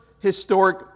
historic